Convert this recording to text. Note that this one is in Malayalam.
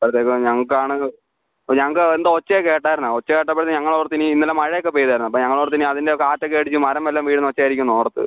അതെ ഇപ്പോൾ ഞങ്ങൾക്ക് ആണ് ഓ ഞങ്ങൾക്ക് എന്തോ ഒച്ച കേട്ടായിരുന്നു ഒച്ച കേട്ടപ്പോൾ ഞങ്ങൾ ഓർത്തു ഇനി ഇന്നലെ മഴ ഒക്കെ പെയ്തായിരുന്നു അപ്പോൾ ഞങ്ങൾ ഓർത്തു ഇനി അതിൻ്റെ കാറ്റ് ഒക്കെ അടിച്ച് മരം വല്ലതും വീഴുന്ന ഒച്ച ആയിരിക്കുമെന്ന് ഓർത്തു